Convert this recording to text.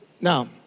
Now